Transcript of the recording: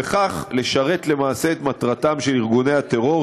בכך יש כדי לשרת למעשה את מטרת ארגוני הטרור,